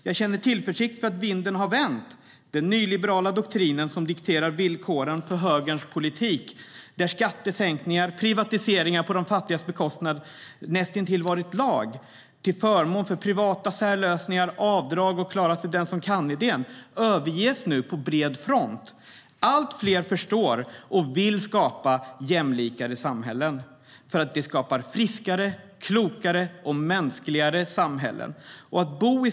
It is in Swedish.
Jag känner tillförsikt för att vinden har vänt när det gäller den nyliberala doktrin som dikterar villkoren för högerns politik och där skattesänkningar och privatiseringar på de fattigas bekostnad näst intill varit lag, till förmån för privata särlösningar, avdrag och klara-sig-den-som-kan-idén. Den överges nu på bred front. Allt fler förstår och vill skapa jämlikare samhällen, eftersom det skapar friskare, klokare och mänskligare samhällen.